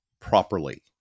properly